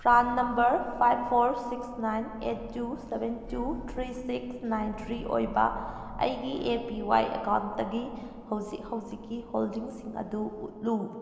PRAN number five four six nine eight two seven two three six nine three ꯑꯣꯏꯕ ꯑꯩꯒꯤ A P Y ꯑꯦꯀꯥꯎꯟꯇꯒꯤ ꯍꯧꯖꯤꯛ ꯍꯧꯖꯤꯛꯀꯤ ꯍꯣꯜꯗꯤꯡꯁꯤꯡ ꯑꯗꯨ ꯎꯠꯂꯨ